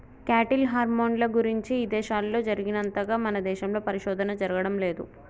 cattle హార్మోన్ల గురించి ఇదేశాల్లో జరిగినంతగా మన దేశంలో పరిశోధన జరగడం లేదు